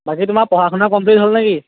বাকী তোমাৰ পঢ়া শুনা কমপ্লিট হ'ল নে কি